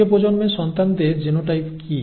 তৃতীয় প্রজন্মের সন্তানদের জিনোটাইপটি কি